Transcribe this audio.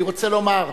אני רוצה לומר,